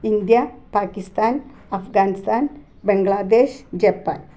India Pakistan Afghanistan Bangladesh Japan